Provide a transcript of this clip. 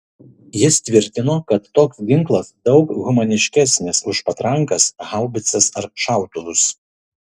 jis tvirtino kad toks ginklas daug humaniškesnis už patrankas haubicas ar šautuvus